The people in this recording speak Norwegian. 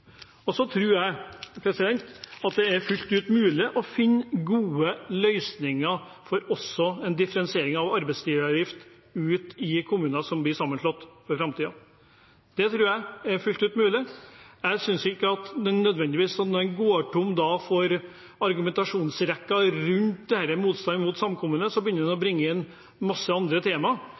og det er ikke Venstre for. Så tror jeg at det er fullt mulig, også i framtiden, å finne gode løsninger for en differensiering av arbeidsgiveravgift ute i kommuner som blir sammenslått. Det tror jeg er fullt mulig. Og når en da går tom for argumenter i argumentasjonsrekken rundt denne motstanden mot samkommunen, så begynner en å bringe inn masse andre